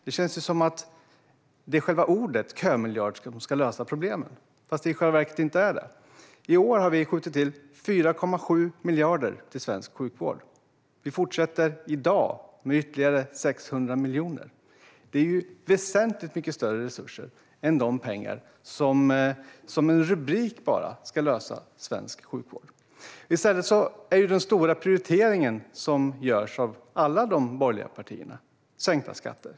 Det känns som att det är själva ordet kömiljard som ska lösa problemen, fast det i själva verket inte är det. I år har vi skjutit till 4,7 miljarder till svensk sjukvård, och vi fortsätter i dag med ytterligare 600 miljoner. Det är väsentligt mycket större resurser än de pengar som bara en rubrik kan ge för att lösa svensk sjukvård. I stället är den stora prioritering som görs av alla de borgerliga partierna sänkta skatter.